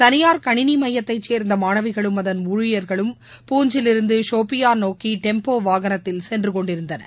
தளியார் கணினி மையத்தை சேர்ந்த மாணவிகளும் அதன் ஊழியர்களும் பூன்ச்சிலிருந்து சோபியான் நோக்கி டெம்போ வாகனத்தில்சென்றுகொண்டிருந்தனர்